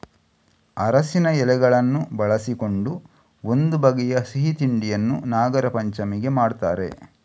ಅರಸಿನ ಎಲೆಗಳನ್ನು ಬಳಸಿಕೊಂಡು ಒಂದು ಬಗೆಯ ಸಿಹಿ ತಿಂಡಿಯನ್ನ ನಾಗರಪಂಚಮಿಗೆ ಮಾಡ್ತಾರೆ